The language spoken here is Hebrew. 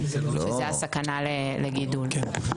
שזו הסכנה לגידול.